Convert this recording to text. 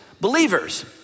believers